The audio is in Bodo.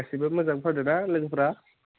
गासिबो मोजां फरायदोंना लोगोफ्रा